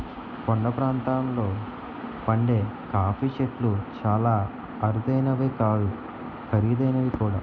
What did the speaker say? కొండ ప్రాంతాల్లో పండే కాఫీ చెట్లు చాలా అరుదైనవే కాదు ఖరీదైనవి కూడా